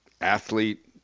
athlete